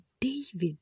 David